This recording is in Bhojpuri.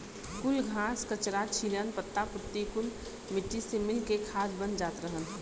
कुल घास, कचरा, छीलन, पत्ता पुत्ती कुल मट्टी से मिल के खाद बन जात रहल